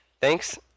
Thanks